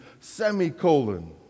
semicolon